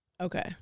Okay